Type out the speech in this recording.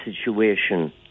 situation